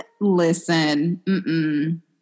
Listen